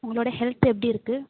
உங்களோட ஹெல்த் எப்படி இருக்குது